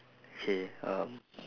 K um